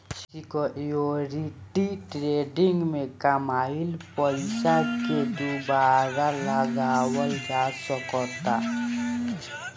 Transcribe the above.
security trading में कामयिल पइसा के दुबारा लगावल जा सकऽता